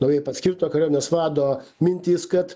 naujai paskirto kariuomenės vado mintys kad